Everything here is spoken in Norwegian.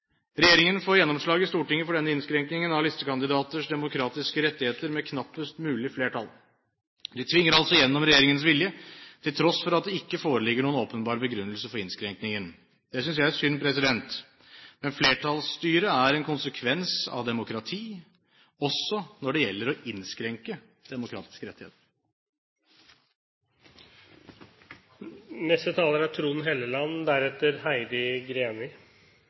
Regjeringen får gjennomslag i Stortinget for denne innskrenkningen av listekandidaters demokratiske rettigheter med knappest mulig flertall. De tvinger altså igjennom regjeringens vilje til tross for at det ikke foreligger noen åpenbar begrunnelse for innskrenkningen. Det synes jeg er synd, men flertallsstyre er en konsekvens av demokrati, også når det gjelder å innskrenke demokratiske